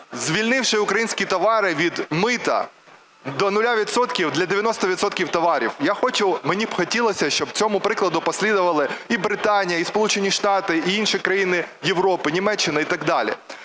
звільнивши українські товари від мита до 0 відсотків для 90 відсотків товарів. Я хочу, мені б хотілося, щоб цьому прикладу послідували і Британія, і Сполучені Штати, і інші країни Європи, Німеччина і так далі.